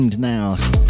now